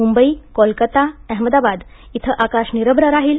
मुंबईत कोलकाता अहमदाबाद इथं आकाश निरभ्र राहील